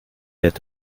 lädt